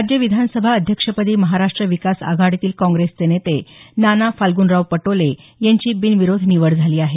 राज्य विधानसभा अध्यक्षपदी महाराष्ट्र विकास आघाडीतील काँग्रेसचे नेते नाना फाल्ग्नराव पटोले यांची बिनविरोध निवड झाली आहे